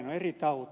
on eri tauti